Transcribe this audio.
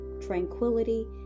tranquility